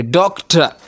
doctor